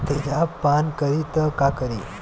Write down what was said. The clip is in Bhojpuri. तेजाब पान करी त का करी?